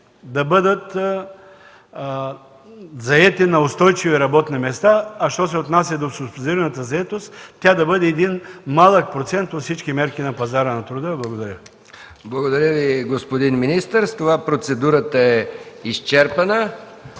да бъдат заети на устойчиви работни места, а що се отнася до субсидираната заетост, тя да бъде един малък процент от всички мерки на пазара на труда. Благодаря. ПРЕДСЕДАТЕЛ МИХАИЛ МИКОВ: Благодаря Ви, господин министър. С това процедурата е изчерпана.